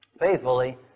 faithfully